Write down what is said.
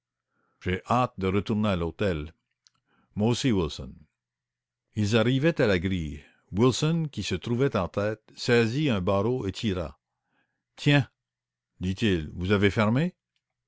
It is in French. ils arrivaient à la grille wilson qui se trouvait en tête saisit un barreau et tira tiens dit-il vous avez fermé